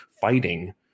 fighting